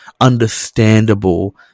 understandable